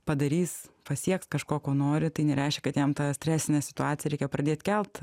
padarys pasieks kažko ko nori tai nereiškia kad jam tą stresinę situaciją reikia pradėt kelt